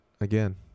again